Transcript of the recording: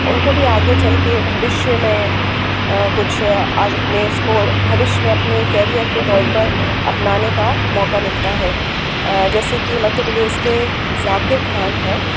उनको भी आगे चल के भविष्य में कुछ आगे अपने स्कोर भविष्य में अपने करियर के तौर पर अपनाने का मौका मिलता है जैसे कि मध्य प्रदेश के ज़ाकिर खान हैं